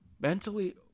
mentally